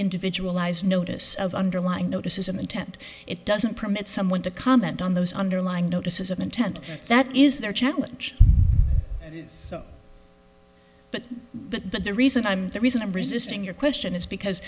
individual eyes notice of underlying notices an intent it doesn't permit someone to comment on those underlying notices of intent that is their challenge but but but the reason i'm the reason i'm resisting your question is because